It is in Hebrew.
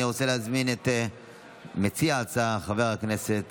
אני רוצה להזמין את מציע ההצעה, חבר הכנסת